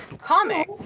comic